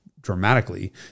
dramatically